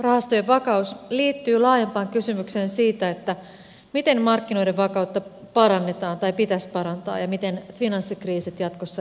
rahastojen vakaus liittyy laajempaan kysymykseen siitä miten markkinoiden vakautta parannetaan tai pitäisi parantaa ja miten finanssikriisit jatkossa estetään